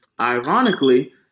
ironically